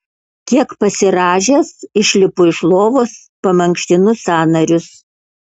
kiek pasirąžęs išlipu iš lovos pamankštinu sąnarius